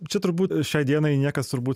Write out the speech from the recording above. čia turbūt šiai dienai niekas turbūt